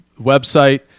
website